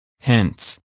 Hence